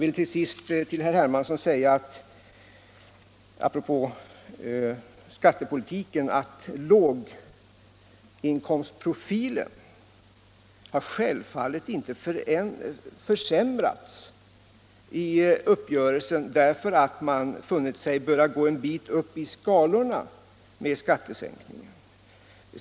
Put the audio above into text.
Jag vill sist till herr Hermansson säga apropå skattepolitiken att låg inkomstprofilen självfallet inte har försvagats i uppgörelsen därför att man funnit sig böra gå en bit upp i skalorna med skattesänkningen.